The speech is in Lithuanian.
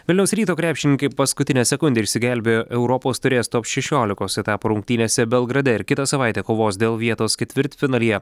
vilniaus ryto krepšininkai paskutinę sekundę išsigelbėjo europos taurės top šešiolikos etapo rungtynėse belgrade ir kitą savaitę kovos dėl vietos ketvirtfinalyje